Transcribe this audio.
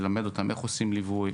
ללמד אותם איך עושים ליווי,